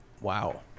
Wow